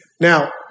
Now